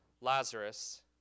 Lazarus